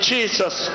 Jesus